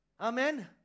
Amen